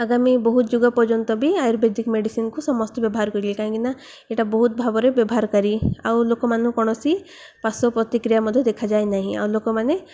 ଆଗାମୀ ବହୁତ ଯୁଗ ପର୍ଯ୍ୟନ୍ତ ବି ଆୟୁର୍ବେଦିକ ମେଡ଼ିସିନ୍କୁ ସମସ୍ତେ ବ୍ୟବହାର କରିଲେ କାହିଁକି ନା ଏଇଟା ବହୁତ ଭାବରେ ବ୍ୟବହାରକାରୀ ଆଉ ଲୋକମାନଙ୍କୁ କୌଣସି ପାର୍ଶ୍ୱ ପ୍ରତିକ୍ରିୟା ମଧ୍ୟ ଦେଖାଯାଏ ନାହିଁ ଆଉ ଲୋକମାନେ